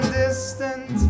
distant